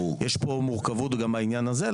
יש מורכבות גם בעניין הזה.